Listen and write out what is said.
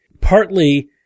partly